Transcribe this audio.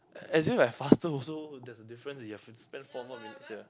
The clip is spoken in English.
as if I faster also there's a difference you have to spend four more minutes here